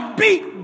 beat